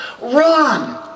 Run